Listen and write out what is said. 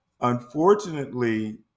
unfortunately